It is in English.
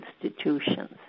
institutions